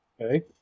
Okay